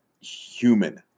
human